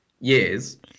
years